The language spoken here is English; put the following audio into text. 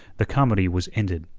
the comedy was ended.